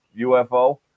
UFO